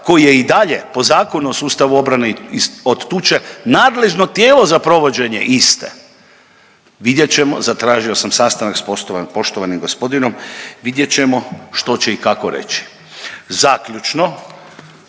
koji je i dalje po Zakonu o sustavu obrane od tuče nadležno tijelo za provođenje iste. Vidjet ćemo, zatražio sam sastanak s poštovanim gospodinom, vidjet ćemo što će i kako reći. Zaključno,